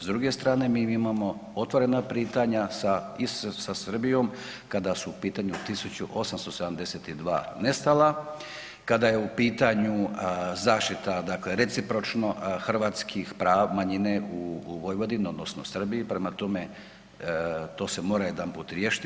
S druge strane mi imamo otvorena pitanja sa i sa Srbijom kada su u pitanju 1872 nestala, kada je u pitanju zaštita dakle recipročno hrvatskih prava manjine u Vojvodini odnosno Srbiji prema tome to se mora jedanput riješiti.